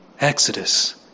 Exodus